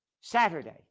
Saturday